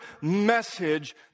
message